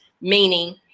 meaning